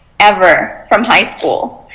ever from high school.